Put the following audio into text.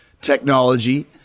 technology